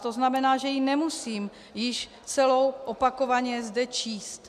To znamená, že ji nemusím již celou opakovaně zde číst.